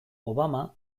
obama